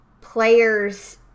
players